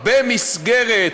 במסגרת